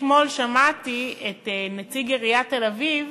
אתמול שמעתי את נציג עיריית תל-אביב,